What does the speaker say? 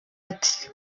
ati